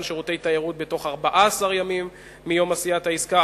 שירותי תיירות בתוך 14 ימים מיום עשיית העסקה,